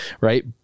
right